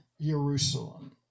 Jerusalem